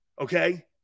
Okay